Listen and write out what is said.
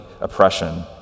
oppression